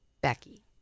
Becky